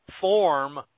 form